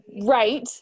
Right